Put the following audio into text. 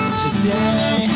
Today